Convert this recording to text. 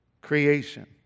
Creation